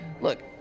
Look